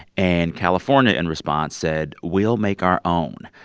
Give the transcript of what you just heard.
and california, in response, said, we'll make our own.